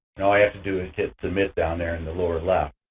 and all you have to do is hit submit down there in the lower left.